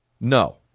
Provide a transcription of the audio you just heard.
no